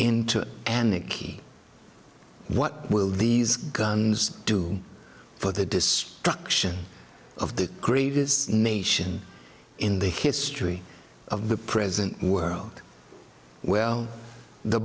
into an icky what will these guns do for the destruction of the greatest nation in the history of the present world well the